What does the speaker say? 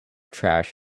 trash